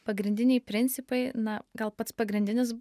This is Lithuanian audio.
pagrindiniai principai na gal pats pagrindinis